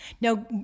Now